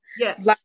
Yes